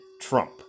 Trump